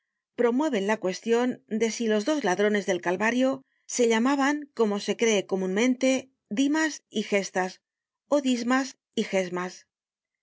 promueven la cuestion de si los dos ladrones del calvario se llamaban como se cree comunmente dimas y gestas ó dismas y gesmas